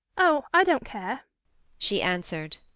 oh, i don't care she answered.